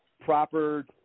proper